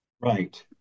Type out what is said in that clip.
right